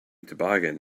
toboggan